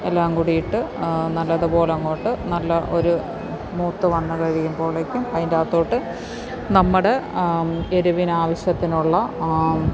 എല്ലാംകൂടി ഇട്ട് നല്ലതുപോലങ്ങോട്ട് നല്ല ഒരു മൂത്ത് വന്നുകഴിയുമ്പോഴേക്കും അതിന്റകത്തോട്ട് നമ്മുടെ എരിവിന് ആവിശ്യത്തിനുള്ള